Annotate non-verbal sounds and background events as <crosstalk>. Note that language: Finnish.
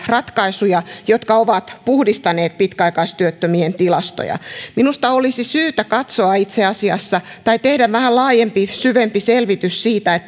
ratkaisuja jotka ovat puhdistaneet pitkäaikaistyöttömien tilastoja minusta olisi syytä itse asiassa tehdä vähän laajempi syvempi selvitys siitä <unintelligible>